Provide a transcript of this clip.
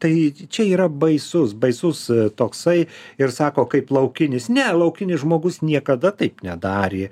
tai čia yra baisus baisus toksai ir sako kaip laukinis ne laukinis žmogus niekada taip nedarė